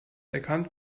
erkannt